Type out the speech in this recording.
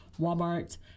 Walmart